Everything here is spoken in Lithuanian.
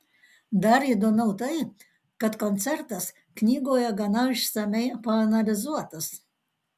dar įdomiau tai kad koncertas knygoje gana išsamiai paanalizuotas